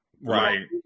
Right